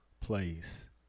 place